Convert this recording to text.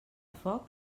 foc